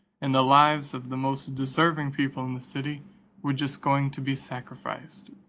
and the lives of the most deserving people in the city were just going to be sacrificed,